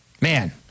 Man